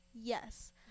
yes